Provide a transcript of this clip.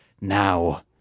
Now